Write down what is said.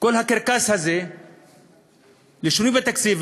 כל הקרקס הזה מתוכנן לשינויים בתקציב,